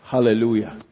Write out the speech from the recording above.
Hallelujah